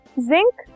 Zinc